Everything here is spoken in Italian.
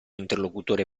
interlocutore